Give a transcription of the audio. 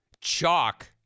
Chalk